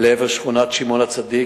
לעבר שכונת שמעון-הצדיק.